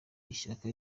ishyaka